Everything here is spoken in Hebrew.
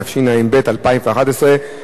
התשע"ב 2012,